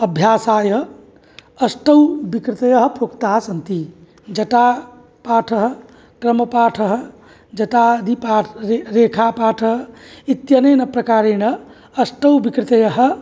अभ्यासाय अष्टौ विकृतयः प्रोक्ताः सन्ति जटापाठः क्रमपाठः जटादिपा रे रेखा पाठः इत्यनेन प्रकारेण अष्टौ विकृतयः